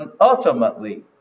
ultimately